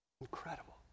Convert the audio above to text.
incredible